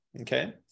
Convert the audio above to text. okay